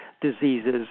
diseases